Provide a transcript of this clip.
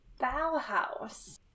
Bauhaus